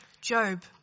Job